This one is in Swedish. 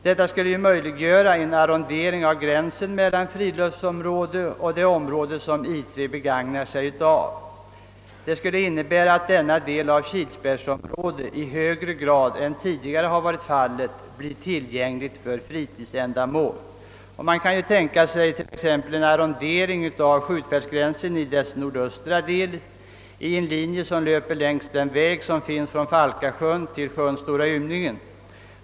Detta skulle möjliggöra en arrondering av gränsen mellan friluftsområdet och det område som I13 begagnar, vilket skulle innebära att denna del av kilsbergsområdet i högre grad än tidigare varit fallet blir tillgänglig för fritidsändamål. Man kan t.ex. tänka sig en arrondering av skjutfältsgränsen i dess nordöstra del i en linje, som löper längs vägen från Falkasjön till sjön Stora Ymningen.